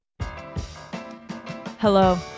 Hello